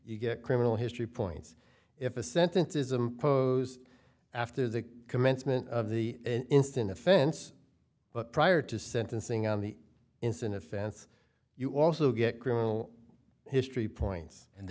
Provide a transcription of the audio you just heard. you get a criminal history points if a sentence is a close after the commencement of the instant offense but prior to sentencing on the instant offense you also get criminal history points and